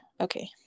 Okay